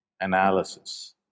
analysis